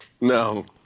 No